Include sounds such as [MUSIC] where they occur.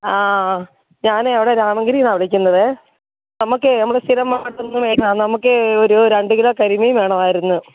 ആ ഞാനേ അവിടെ രാമൻഗിരി നിന്നാണ് വിളിക്കുന്നതേ നമുക്കേ നമ്മുടെ സ്ഥിരം [UNINTELLIGIBLE] നമുക്ക് ഒരു രണ്ട് കിലോ കരിമീൻ വേണമായിരുന്നു